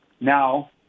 Now